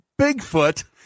Bigfoot